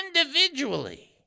individually